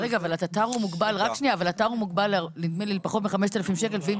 אבל נדמה לי שהתט"ר מוגבל לפחות מ-5,000 שקלים.